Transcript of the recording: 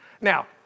Now